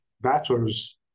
bachelor's